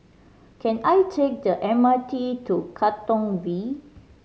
can I take the M R T to Katong V